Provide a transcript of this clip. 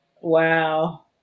Wow